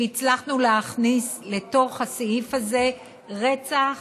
שהצלחנו להכניס לתוך הסעיף הזה רצח